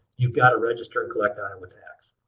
you've got to register and collect iowa tax.